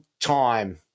time